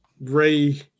Ray